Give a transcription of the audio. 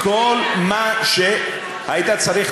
כל מה שהיית צריך,